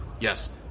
Yes